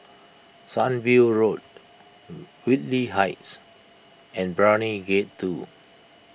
Sunview Road Whitley Heights and Brani Gate two